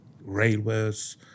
railways